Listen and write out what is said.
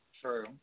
True